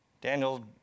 Daniel